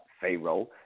Pharaoh